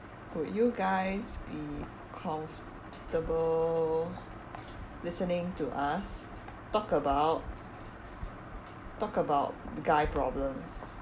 would you guys be comfortable listening to us talk about talk about guy problems